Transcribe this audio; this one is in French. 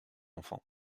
enfant